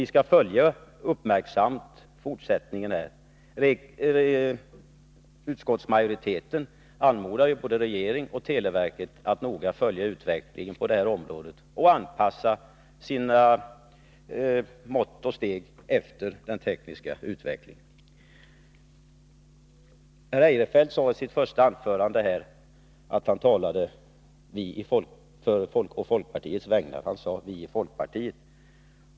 Vi skall i fortsättningen uppmärksamt följa frågan. Utskottsmajoriteten anmodar både regeringen och televerket att noga följa utvecklingen på området och att anpassa sina mått och steg efter den tekniska utvecklingen. Herr Eirefelt talade i sitt första anförande här på folkpartiets vägnar. Han sade nämligen ”vi i folkpartiet”.